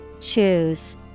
Choose